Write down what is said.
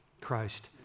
Christ